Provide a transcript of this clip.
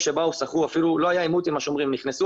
שבאו לא היה עימות עם השומרים נכנסו